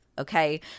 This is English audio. Okay